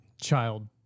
child